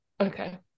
okay